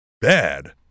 bad